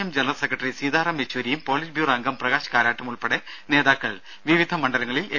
M general secretary Sitaram യെച്ചൂരിയും polit bureau അംഗം പ്രകാശ് കാരാട്ടും ഉൾപ്പെടെ നേതാക്കൾ വിവിധ മണ്ഡലങ്ങളിൽ എൽ